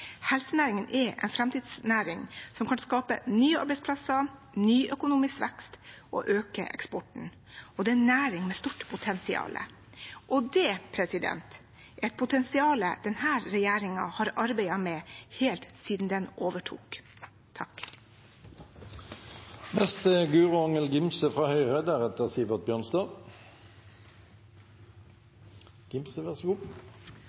Helsenæringen er en framtidsnæring som kan skape nye arbeidsplasser, ny økonomisk vekst og øke eksporten – og det er en næring med stort potensial. Det er et potensial denne regjeringen har arbeidet med helt siden den overtok. Norsk helsenæring er en viktig og framtidsrettet næring der Norge har gode forutsetninger for å lykkes. Høyre